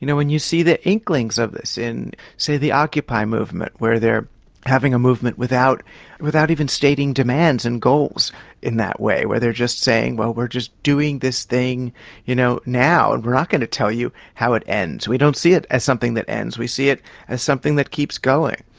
you know when you see the inklings of this in, say, the occupy movement where they are having a movement without without even stating demands and goals in that way, where they are just saying, well, we're just doing this thing you know now and we're not going to tell you how it ends, we don't see it as something that ends, we see it as something that keeps going.